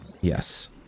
yes